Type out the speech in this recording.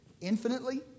infinitely